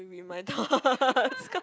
read my thoughts